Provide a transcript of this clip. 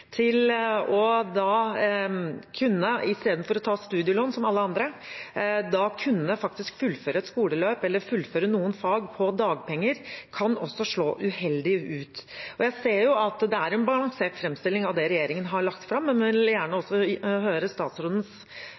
til – istedenfor å ta studielån, som alle andre – å kunne fullføre et skoleløp eller fullføre noen fag på dagpenger kan også slå uheldig ut. Jeg ser jo at det er en balansert framstilling av det regjeringen har lagt fram, men jeg vil gjerne også høre statsrådens